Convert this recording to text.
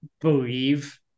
believe